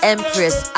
Empress